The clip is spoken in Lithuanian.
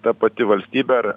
ta pati valstybė ar